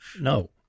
No